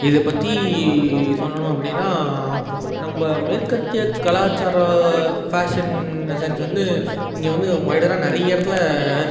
இதை பற்றி சொல்லணும் அப்படின்னா நம்ம மேற்கத்திய கலாச்சார ஃபேஷன் சென்ஸ் வந்து இங்கே வந்து வைடராக நிறைய இடத்துல